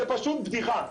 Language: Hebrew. זה פשוט בדיחה.